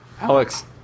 Alex